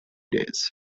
days